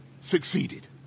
succeeded